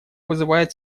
вызывает